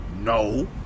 No